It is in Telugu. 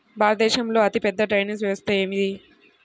భారతదేశంలో అతిపెద్ద డ్రైనేజీ వ్యవస్థ ఏది?